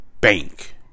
bank